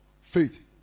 Faith